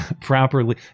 Properly